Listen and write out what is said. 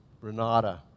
Renata